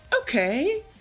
okay